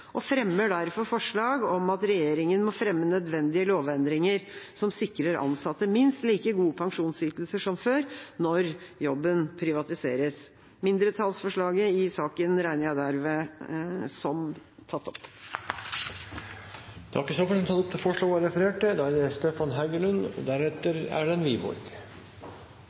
og fremmer derfor forslag om at regjeringa må fremme nødvendige lovendringer som sikrer ansatte minst like gode pensjonsytelser som før når jobben privatiseres. Mindretallsforslaget i saken fra Arbeiderpartiet, Senterpartiet og Sosialistisk Venstreparti regner jeg hermed som tatt opp. Representanten Lise Christoffersen har tatt opp det forslaget hun viste til.